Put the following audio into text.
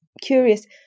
curious